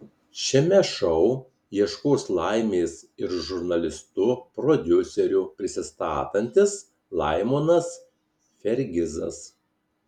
šiame šou ieškos laimės ir žurnalistu prodiuseriu prisistatantis laimonas fergizas